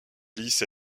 lisses